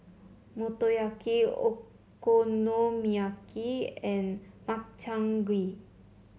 Motoyaki Okonomiyaki and Makchang Gui